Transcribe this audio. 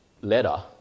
letter